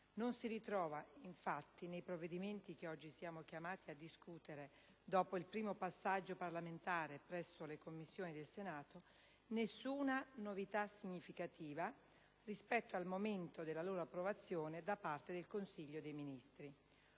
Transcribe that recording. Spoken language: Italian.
Non si ritrova infatti, nei provvedimenti che oggi siamo chiamati a discutere dopo il primo passaggio parlamentare presso le Commissioni del Senato, nessuna novità significativa rispetto al momento della loro approvazione da parte del Consiglio dei ministri.